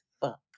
fuck